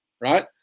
right